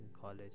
college